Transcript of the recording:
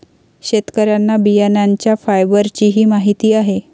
शेतकऱ्यांना बियाण्यांच्या फायबरचीही माहिती आहे